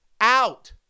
Out